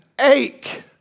ache